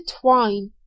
twine